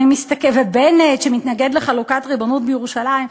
ובנט שמתנגד לחלוקת ריבונות בירושלים,